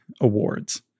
awards